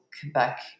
Quebec